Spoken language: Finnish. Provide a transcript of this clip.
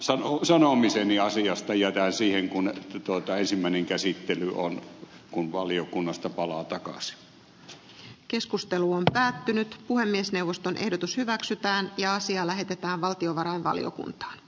enemmät sanomiseni asiasta jätän siihen kun ensimmäinen käsittely on kun asia valiokunnasta palaa takaisin